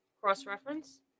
cross-reference